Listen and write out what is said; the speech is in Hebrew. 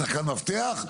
שחקן מפתח,